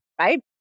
right